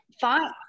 fine